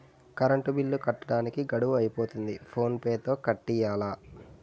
current bill కట్టడానికి గడువు అయిపోతంది ఫోన్ పే తో కట్టియ్యాల